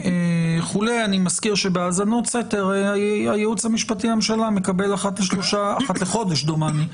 אני מזכיר שבהאזנות סתר הייעוץ המשפטי לממשלה מקבל אחת לחודש דיווח.